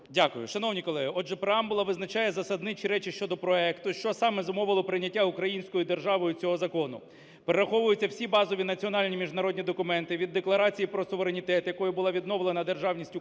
Дякую. Шановні колеги, отже, преамбула визначає засадничі речі щодо проекту: що саме зумовило прийняття українською державою цього закону; перераховуються всі базові національні, міжнародні документи – від Декларації про суверенітет, якою була відновлена державність України,